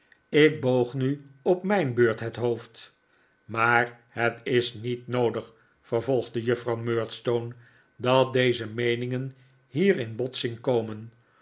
ik boog nu op mijn beurt het hoofd maar het is niet noodig vervolgde juffrouw murdstone dat deze meeningen hier in botsing komen